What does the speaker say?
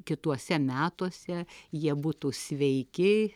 kituose metuose jie būtų sveiki